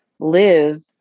live